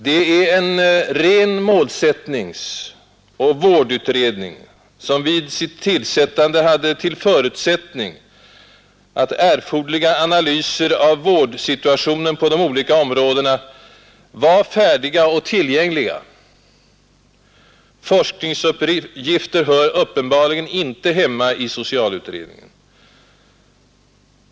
Den är en ren målsättningsoch vårdutredning, som vid sin start hade till förutsättning att erforderliga analyser av vårdsituationen på de olika områdena var färdiga och tillgängliga. Forskningsuppgifter hör uppenbarligen inte hemma i socialutredningen.